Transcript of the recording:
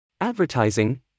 Advertising